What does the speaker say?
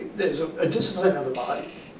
there's a discipline of the body.